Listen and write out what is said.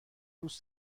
روز